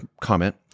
comment